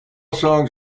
songs